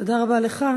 תודה רבה לך.